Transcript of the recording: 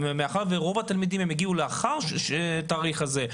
מאחר ורוב התלמידים יגיעו לאחר התאריך הזה,